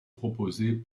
proposée